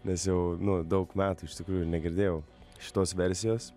nes jau nu daug metų iš tikrųjų negirdėjau šitos versijos